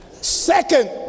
Second